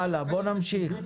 הלאה, בואו נמשיך.